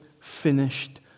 finished